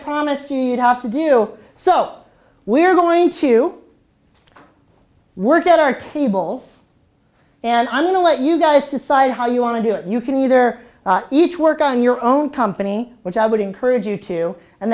promised you would have to do so we're going to work out our tables and i'm going to let you guys decide how you want to do it you can either each work on your own company which i would encourage you to and